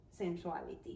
sensuality